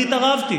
אני התערבתי.